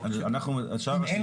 אם כבר התקנות